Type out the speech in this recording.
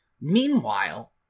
Meanwhile